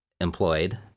employed